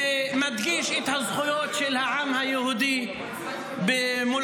ומדגיש את הזכויות של העם היהודי במולדתו.